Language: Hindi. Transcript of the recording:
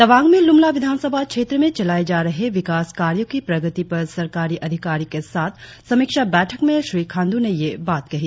तवांग में लुम्ला विधानसभा क्षेत्र में चलाए जा रहे विकास कार्यों की प्रगति पर सरकारी अधिकारियों के साथ समीक्षा बैठक में श्री खांडू ने यह बात कही